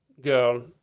girl